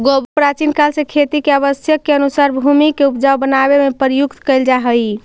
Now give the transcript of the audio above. गोबर प्राचीन काल से खेती के आवश्यकता के अनुसार भूमि के ऊपजाऊ बनावे में प्रयुक्त कैल जा हई